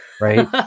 Right